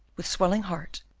with swelling heart,